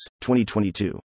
2022